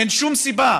אין שום סיבה,